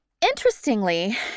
interestingly